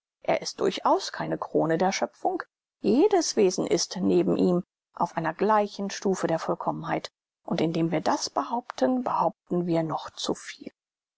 er ist durchaus keine krone der schöpfung jedes wesen ist neben ihm auf einer gleichen stufe der vollkommenheit und indem wir das behaupten behaupten wir noch zuviel